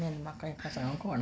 आनी आनी म्हाका कांय सांगो कोयणा